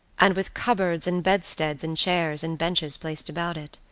and with cupboards and bedsteads, and chairs, and benches placed about it.